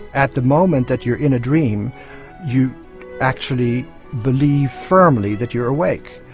at the moment that you're in a dream you actually believe firmly that you're awake.